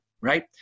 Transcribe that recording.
right